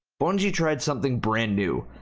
bungie tried something brand new,